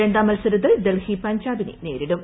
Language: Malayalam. രണ്ടാം മത്സരത്തിൽ ഡൽഹി പഞ്ചാബിനെ നേരിടും